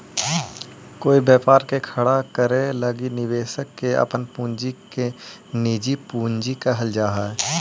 कोई व्यापार के खड़ा करे लगी निवेशक के अपन पूंजी के निजी पूंजी कहल जा हई